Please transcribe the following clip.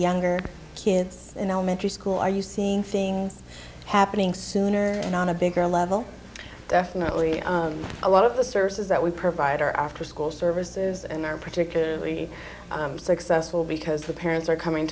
younger kids in elementary school are you seeing things happening sooner on a bigger level definitely on a lot of the services that we provide our afterschool services and they're particularly i'm successful because the parents are coming